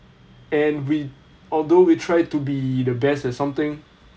and we although we tried to be the best at something